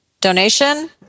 donation